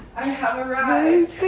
i have arrived. who